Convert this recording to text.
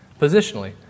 positionally